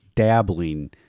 Dabbling